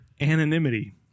anonymity